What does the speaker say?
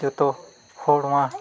ᱡᱚᱛᱚ ᱦᱚᱲ ᱚᱱᱟ